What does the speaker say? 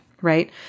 right